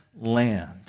land